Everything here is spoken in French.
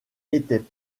étaient